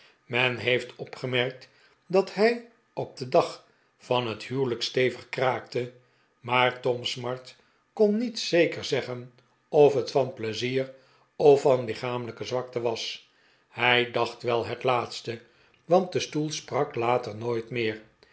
men heeft opgemerkt dat hij op den dag van het huwelijk hevig kraakte maar tom smart kon niet zeker zeggen of het van pleizier of van lichamelijke zwakte was hij dacht wel het laatste want de stoel sprak later nooit meer